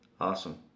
awesome